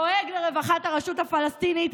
דואג לרווחת הרשות הפלסטינית,